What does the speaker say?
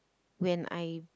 when I